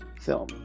film